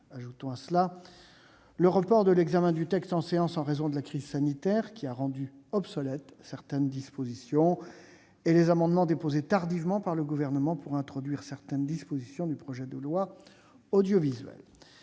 ajoutent le report de l'examen du texte en séance en raison de la crise sanitaire, qui a rendu obsolètes certaines dispositions, et les amendements déposés tardivement par le Gouvernement pour y introduire certaines dispositions du projet de loi relatif à la